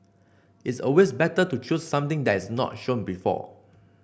it's always better to choose something that's not shown before